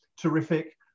terrific